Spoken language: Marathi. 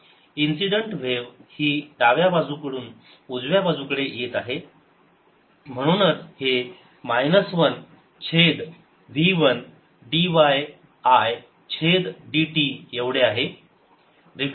इन्सिडेंट व्हेव ही डावीकडून उजव्या बाजूकडे येत आहे म्हणूनच हे 1 छेद v 1 dy I छेद dt एवढे आहे